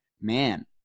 man